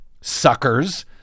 Suckers